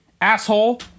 Asshole